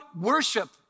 worship